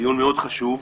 זה דיון חשוב מאוד.